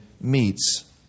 meets